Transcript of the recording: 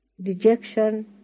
dejection